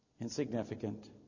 Insignificant